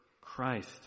Christ